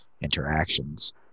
interactions